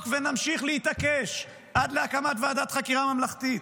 ונמשיך להתעקש עד להקמת ועדת חקירה ממלכתית.